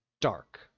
dark